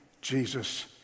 Jesus